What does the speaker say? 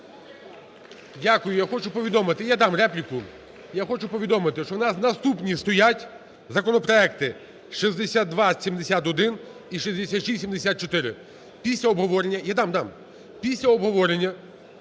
Дякую. Я хочу повідомити. Я дам репліку. Я хочу повідомити, що в нас наступні стоять законопроекти 6271 і 6674. Після обговорення… Я дам, дам. Після обговорення,